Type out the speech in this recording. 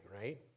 right